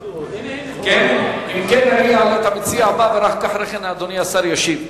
אם כן, אעלה את המציע הבא, ורק אחרי כן השר ישיב.